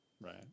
right